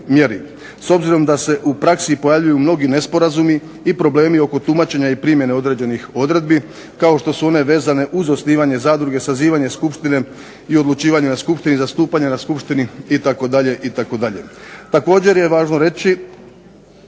s obzirom da se u praksi pojavljuju mnogi nesporazumi i problemi oko tumačenja i primjene određenih odredbi kao što su one vezane uz osnivanje zadruge, sazivanje skupštine i odlučivanje na skupštini, zastupanje na skupštini itd.,